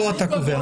זה לא אתה קובע.